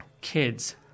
kids